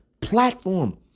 platform